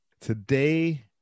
Today